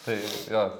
tai jo